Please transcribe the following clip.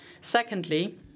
Secondly